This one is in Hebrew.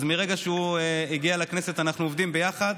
אז מרגע שהוא הגיע לכנסת, אנחנו עובדים ביחד.